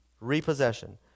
Repossession